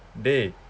dey